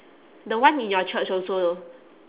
the one in your church also